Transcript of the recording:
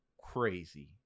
crazy